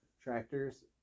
tractors